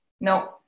no